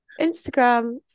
Instagram